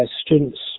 Students